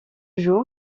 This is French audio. jour